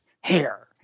hair